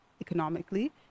economically